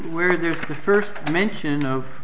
where there is the first mention of